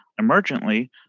emergently